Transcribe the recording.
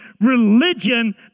religion